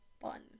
Fun